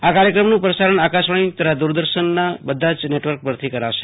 આ કાયક્રમન પસારણ આકાશવાણી તથા દુરદર્શનના બધા જ નેટવર્ક પરથી કરાશે